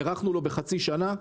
הארכנו לו בחצי שנה,